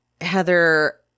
Heather